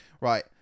Right